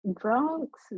drunks